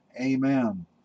Amen